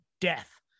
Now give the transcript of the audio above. death